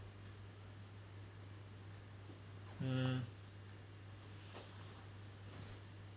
um